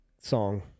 song